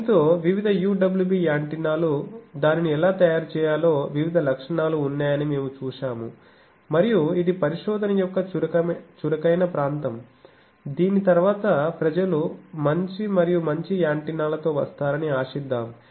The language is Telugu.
దీనితో వివిధ UWB యాంటెనాలు దానిని ఎలా తయారు చేయాలో వివిధ లక్షణాలు ఉన్నాయని మేము చూశాము మరియు ఇది పరిశోధన యొక్క చురుకైన ప్రాంతం దీని తరువాత ప్రజలు మంచి మరియు మంచి యాంటెన్నాలతో వస్తారని ఆశిద్దాం